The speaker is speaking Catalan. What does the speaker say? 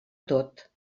tot